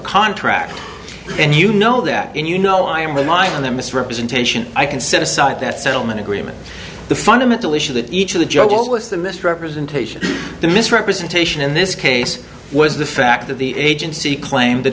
contract and you know that and you know i am with my on that misrepresentation i can set aside that settlement agreement the fundamental issue that each of the judge told us the misrepresentation the misrepresentation in this case was the fact that the agency claimed that